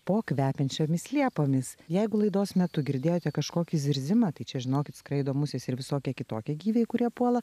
po kvepiančiomis liepomis jeigu laidos metu girdėjote kažkokį zirzimą tai čia žinokit skraido musės ir visokie kitokie gyviai kurie puola